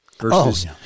versus